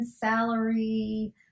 salary